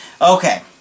Okay